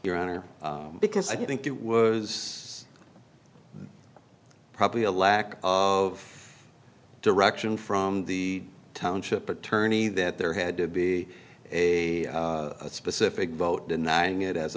your honor because i think it was probably a lack of direction from the township attorney that there had to be a specific vote denying it as